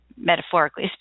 metaphorically